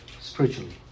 spiritually